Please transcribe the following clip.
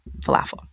falafel